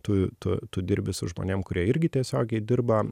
tu tu tu dirbi su žmonėm kurie irgi tiesiogiai dirba